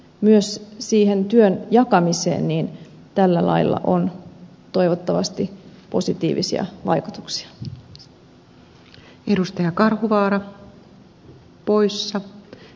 myös siihen työn jakamiseen tällä lailla on toivottavasti positiivisia vaikutuksia